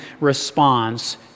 responds